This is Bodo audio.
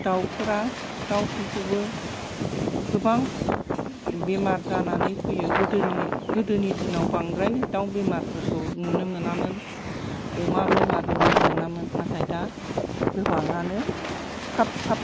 दावफोरा दावफोरखौबो गोबां बेमार जानानै फैयो गोदोनि दिनाव बांद्राय दाव बिमारफोरखौ नुनो मोनामोन अमा बेमार नुनो मोनामोन नाथाय दा गोबाङानो थाब थाब